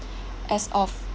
as of